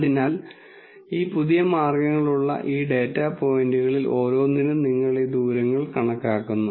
അതിനാൽ ഈ പുതിയ മാർഗങ്ങളുള്ള ഈ ഡാറ്റാ പോയിന്റുകളിൽ ഓരോന്നിനും നിങ്ങൾ ഈ ദൂരങ്ങൾ കണക്കാക്കുന്നു